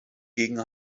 gegen